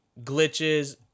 Glitches